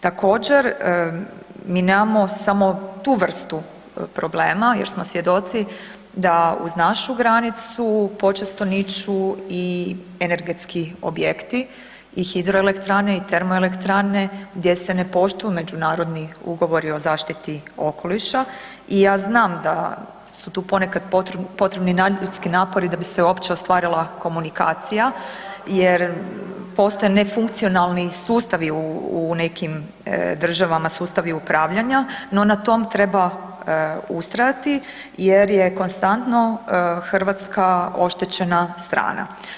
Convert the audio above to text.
Također, mi nemamo samo tu vrstu problema jer smo svjedoci da uz našu granicu počesto niču i energetski objekti i hidroelektrane i termoelektrane gdje se ne poštuju međunarodni ugovori o zaštiti okoliša i ja znam da su tu ponekad potrebni nadljudski napori da bi se uopće ostvarila komunikacija jer postoje nefunkcionalni sustavi u nekim državama, sustavi upravljanja, no na tom treba ustrajati jer je konstantno Hrvatska oštećena strana.